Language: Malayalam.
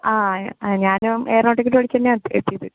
ആ ഞാനും എർണോട്ടിക്കല് പഠിച്ച് തന്നെയാ എത്തി എത്തിയത്